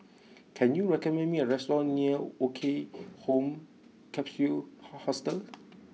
can you recommend me a restaurant near Woke Home Capsule Ha Hostel